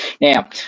Now